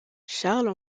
charles